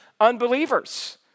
unbelievers